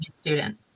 student